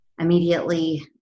immediately